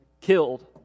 killed